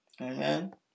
Amen